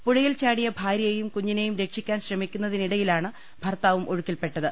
പുഴയിൽചാടിയ ഭാര്യയെയും കുഞ്ഞിനെയും രക്ഷിക്കാൻ ശ്രമിക്കുന്നതിനിടയിലാണ് ഭർത്താവും ഒഴു ക്കിൽപെട്ടത്